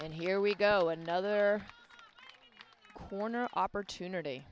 and here we go another corner opportunity